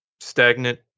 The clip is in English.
stagnant